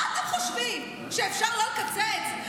מה אתם חושבים, שאפשר לא לקצץ?